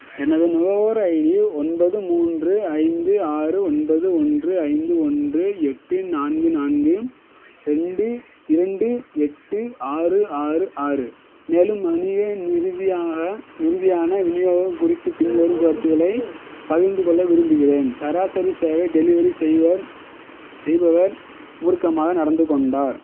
எனது நுகர்வோர் ஐடி ஒன்பது மூன்று ஐந்து ஆறு ஒன்பது ஒன்று ஐந்து ஒன்று எட்டு நான்கு நான்கு ரெண்டு இரண்டு எட்டு ஆறு ஆறு ஆறு மேலும் வணிக நிருதியாக நிருதியான விநியோகம் குறித்து பின்வரும் கருத்துக்களைப் பகிர்ந்துக் கொள்ள விரும்புகிறேன் சராசரி சேவை டெலிவரி செய்பவர் செய்பவர் மூர்க்கமாக நடந்து கொண்டார்